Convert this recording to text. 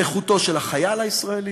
על איכותו של החייל הישראלי,